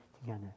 together